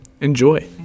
enjoy